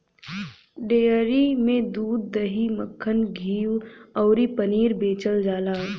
dairy में दूध, दही, मक्खन, घीव अउरी पनीर बेचल जाला